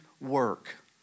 work